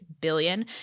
billion